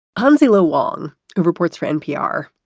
hansi lo wang reports for npr.